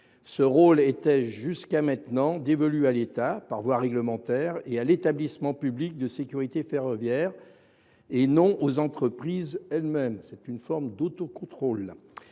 Ce rôle était jusqu’à présent dévolu à l’État, par voie réglementaire, et à l’Établissement public de sécurité ferroviaire, et non aux entreprises elles mêmes ;